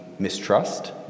mistrust